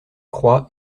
croix